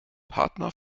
partner